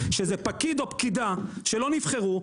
שאיזה פקיד או פקידה שלא נבחרו,